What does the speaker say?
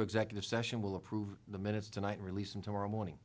to executive session will approve the minutes tonight releasing tomorrow morning